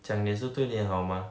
讲也是对你好嘛